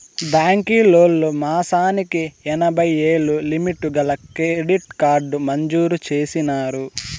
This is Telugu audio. బాంకీలోల్లు మాసానికి ఎనభైయ్యేలు లిమిటు గల క్రెడిట్ కార్డు మంజూరు చేసినారు